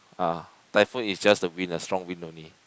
ah typhoon is just the wind the strong wind only